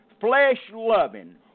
flesh-loving